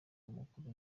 umukuru